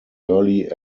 early